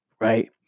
right